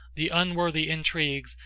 the unworthy intrigues,